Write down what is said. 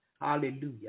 Hallelujah